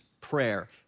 prayer